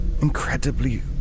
incredibly